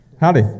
Howdy